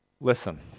Listen